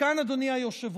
כאן, אדוני היושב-ראש,